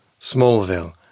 Smallville